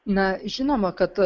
na žinoma kad